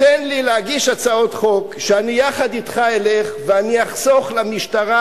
תן לי להגיש הצעות חוק שאני יחד אתך אלך ואני אחסוך למשטרה